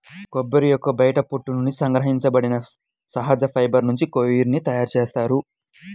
కొబ్బరి యొక్క బయటి పొట్టు నుండి సంగ్రహించబడిన సహజ ఫైబర్ నుంచి కోయిర్ ని తయారు చేస్తారు